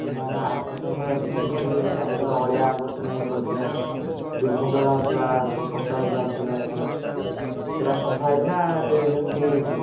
ନା ଆମେ ଆଗଥରକ ଯାଇଥିଲୁ ଯେ ସେଠାରେ ଚାରିଆଡ଼େ ଅଳିଆ ଆବର୍ଜନା ହୋଇକି ପଡ଼ିଥିଲା ଦୁର୍ଗନ୍ଧ ବାହାରୁଥିଲା ସବୁ ପଚା ଗ୍ୟାସ ବାହାରୁଥିଲା ସେଇଟା ସଫା ହୋଇଛି ନା ଏବେ ସେମିତି ହୋଇକି ଅଛି